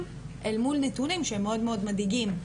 אל מול נתונים שהם מאוד מאוד מדאיגים.